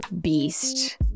beast